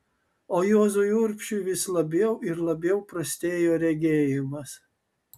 o juozui urbšiui vis labiau ir labiau prastėjo regėjimas